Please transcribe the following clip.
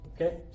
okay